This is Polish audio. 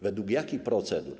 Według jakich procedur?